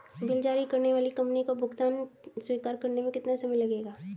Bill जारी करने वाली कंपनी को भुगतान स्वीकार करने में कितना समय लगेगा?